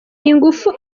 ingufu